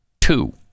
Two